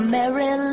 Mary